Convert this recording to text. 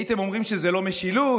הייתם אומרים שזה לא משילות,